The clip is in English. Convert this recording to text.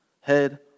head